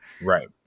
Right